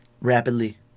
Rapidly